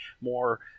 more